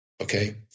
okay